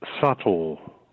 subtle